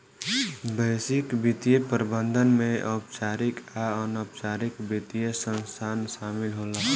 वैश्विक वित्तीय प्रबंधन में औपचारिक आ अनौपचारिक वित्तीय संस्थान शामिल होला